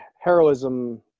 heroism